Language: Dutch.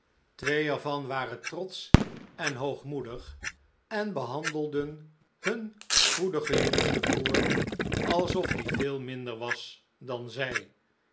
twee er van waren trotsch en hoogmoedig en behandelden hun goedigen jongsten broeder alsof die veel minder was dan zij